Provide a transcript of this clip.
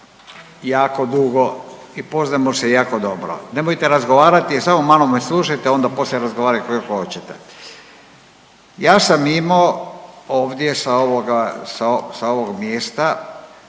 Ja sam imo ovdje sa ovog mjesta